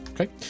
Okay